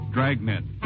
Dragnet